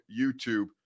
YouTube